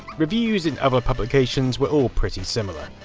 reviews in other publications were all pretty similar.